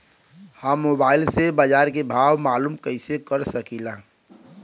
हम मोबाइल से बाजार के भाव मालूम कइसे कर सकीला?